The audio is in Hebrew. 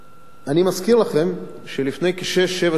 אני מזכיר לכם שלפני שש, שבע שנים,